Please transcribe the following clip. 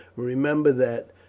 remember that,